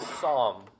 psalm